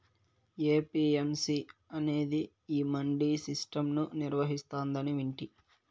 APMC అనేది ఈ mandi system ను నిర్వహిస్తాందని వింటి